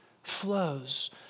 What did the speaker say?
flows